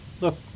Look